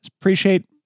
appreciate